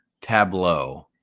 tableau